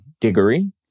Diggory